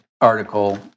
article